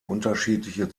unterschiedliche